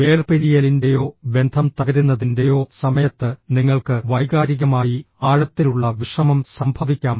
വേർപിരിയലിൻ്റെയോ ബന്ധം തകരുന്നതിൻ്റെയോ സമയത്ത് നിങ്ങൾക്ക് വൈകാരികമായി ആഴത്തിലുള്ള വിഷമം സംഭവിക്കാം